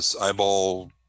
eyeball